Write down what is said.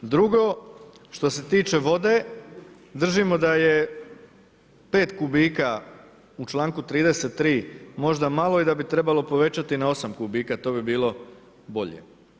Drugo što se tiče vode, držimo da je 5 kubika u čl. 3 možda malo i da bi trebalo povećati na 8 kubika, to bi bilo bolje.